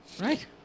right